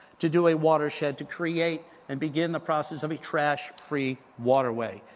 to do a watershed, to create and begin the process of a trash free waterway.